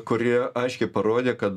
kurie aiškiai parodė kad